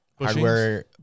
Hardware